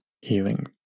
healing